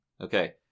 Okay